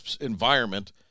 environment